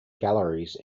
galleries